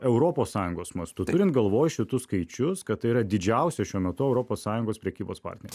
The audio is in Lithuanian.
europos sąjungos mastu turint galvoj šitus skaičius kad tai yra didžiausia šiuo metu europos sąjungos prekybos partnerė